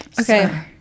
Okay